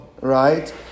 right